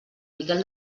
miquel